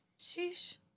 Sheesh